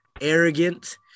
arrogant